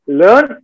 learn